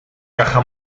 caja